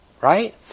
Right